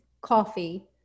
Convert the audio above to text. coffee